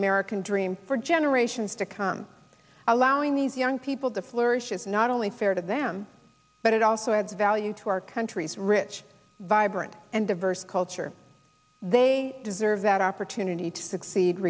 american dream for generations to come allowing these young people to flourish is not only fair to them but it also adds value to our country's rich vibrant and diverse culture they deserve that opportunity to succeed